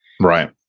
Right